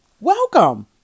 Welcome